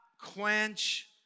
quench